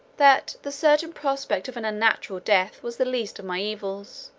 that the certain prospect of an unnatural death was the least of my evils